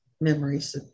memories